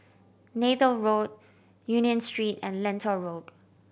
Neythal Road Union Street and Lentor Road